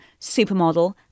supermodel